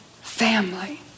family